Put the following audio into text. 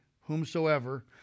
whomsoever